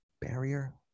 barrier